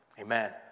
Amen